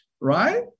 right